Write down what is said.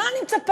מה אני מצפה?